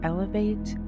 Elevate